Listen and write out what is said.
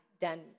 done